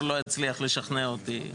ויושב הראש לא יצליח לשכנע אותי.